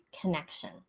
connection